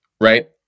right